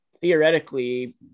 theoretically